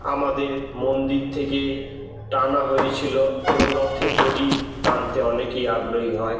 আমাদের মন্দির থেকে টানা হয়েছিলো এবং রথের দড়ি টানতে অনেকই আগ্রহী হয়